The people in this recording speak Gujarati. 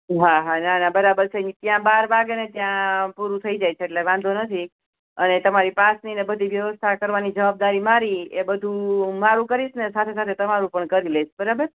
હા હા ના ના બરાબર છે ત્યાં બાર વાગે ને ત્યાં પૂરું થઈ જાય છે એટલે વાંધો નથી અને તમારી પાસની ને બધી વ્યવસ્થા કરવાની જવાબદારી મારી એ બધું મારું કરીશ ને સાથે સાથે તમારું પણ કરી લઇશ બરાબર